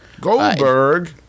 Goldberg